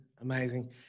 amazing